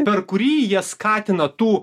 per kurį jie skatina tų